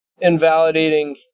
invalidating